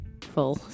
full